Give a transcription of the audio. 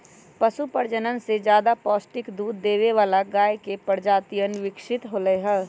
पशु प्रजनन से ज्यादा पौष्टिक दूध देवे वाला गाय के प्रजातियन विकसित होलय है